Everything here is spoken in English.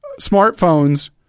smartphones